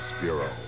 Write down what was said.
Bureau